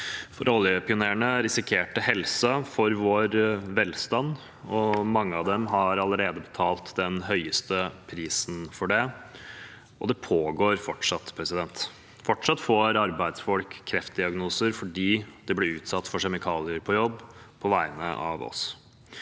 vår. Oljepionerene risikerte helsen for vår velstand, og mange av dem har allerede betalt den høyeste prisen for det – og det pågår fortsatt. Fortsatt får arbeidsfolk kreftdiagnoser fordi de blir utsatt for kjemikalier på jobb på vegne av oss.